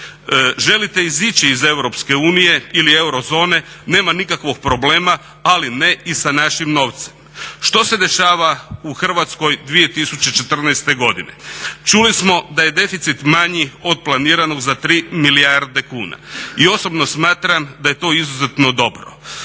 Želite izići iz Europske unije ili eurozone nema nikakvog problema, ali ne i sa našim novcem." Što se dešava u Hrvatskoj 2014. godine? Čuli smo da je deficit manji od planiranog za 3 milijarde kuna i osobno smatram da je to izuzetno dobro.